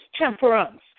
temperance